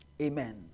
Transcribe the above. Amen